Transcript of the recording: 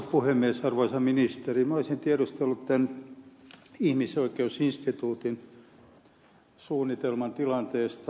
arvoisa ministeri olisin tiedustellut ihmisoikeusinstituuttialoitteen tilanteesta